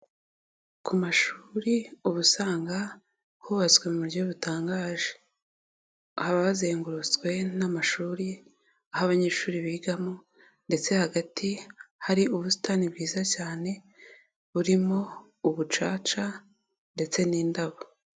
Ku mashuri uba usanga hubatswe mu buryo butangaje. Hab hazengurutswe n'amashuri, aho abanyeshuri bigamo ndetse hagati hari ubusitani bwiza cyane, burimo ubucaca ndetse n'indabo.